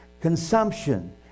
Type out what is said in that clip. Consumption